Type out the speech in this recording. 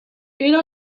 era